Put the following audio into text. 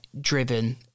driven